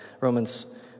Romans